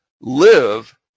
Live